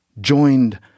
joined